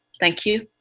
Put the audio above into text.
thank you.